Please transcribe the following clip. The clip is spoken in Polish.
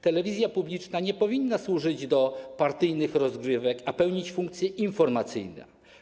Telewizja publiczna nie powinna służyć do partyjnych rozgrywek, a pełnić funkcje informacyjne.